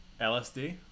LSD